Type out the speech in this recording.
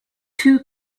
two